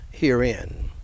Herein